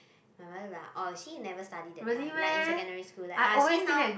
my mother is like orh you see never study that time like in secondary school ah see now